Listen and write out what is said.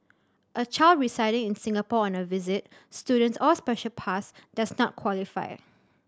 a child residing in Singapore on a visit student's or special pass does not qualify